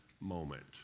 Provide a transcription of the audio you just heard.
moment